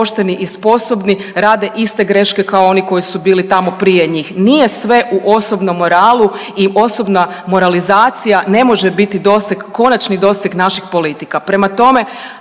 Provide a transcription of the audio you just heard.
i sposobni, rade iste greške kao oni koji su bili tamo prije njih. Nije sve u osobnom moralu i osobna moralizacija ne može biti doseg, konačni doseg naših politika. Prema tome,